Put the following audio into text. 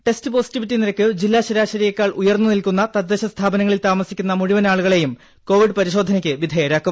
test positivity നിരക്ക് ജില്ലാ ശരാശരിയെക്കാൾ ഉയർന്നു നിൽക്കുന്ന തദ്ദേശ സ്ഥാപനങ്ങളിൽ താമസിക്കുന്ന മുഴുവൻ ആളുകളെയും കൊവിഡ് പരിശോധനയ്ക്ക് വിധേയരാക്കും